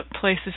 places